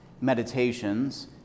meditations